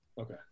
Okay